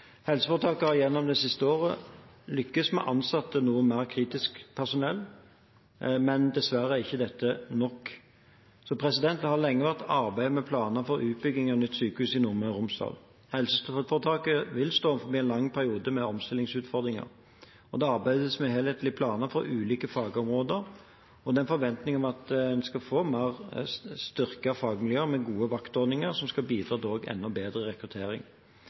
Helseforetaket har gjennom det siste året lykkes med å ansette noe mer kritisk helsepersonell, men dessverre er ikke dette nok. Det har lenge vært arbeidet med planer for utbygging av nytt sykehus i Nordmøre og Romsdal. Helseforetaket vil stå overfor en lang periode med omstillingsutfordringer. Det arbeides med helhetlige planer for ulike fagområder, og det er en forventning om at en skal få mer styrkede fagmiljøer med gode vaktordninger, noe som skal bidra til enda bedre rekruttering.